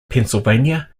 pennsylvania